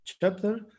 chapter